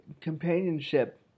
companionship